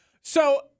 So-